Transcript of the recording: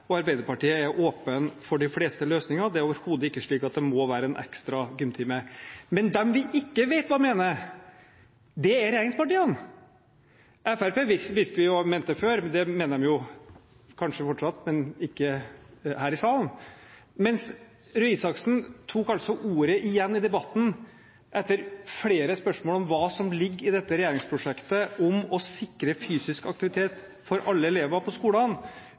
Og Arbeiderpartiet er åpen for de fleste løsninger; det er overhodet ikke slik at det må være en ekstra gymtime. Men det som nå gjenstår, de som vi ikke vet hva mener, er regjeringspartiene. Fremskrittspartiet visste vi jo hva mente før, og de mener det kanskje fortsatt, men ikke her i salen. Mens Røe Isaksen tok ordet igjen i debatten – etter flere spørsmål om hva som ligger i dette regjeringsprosjektet om å sikre fysisk aktivitet for alle elever på skolene